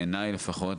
בעיניי לפחות,